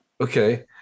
Okay